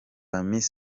amis